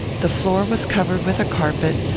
the floor was covered with a carpet,